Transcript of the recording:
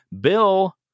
Bill